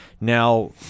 Now